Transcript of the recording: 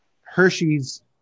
Hershey's